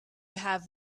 have